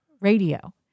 radio